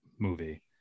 movie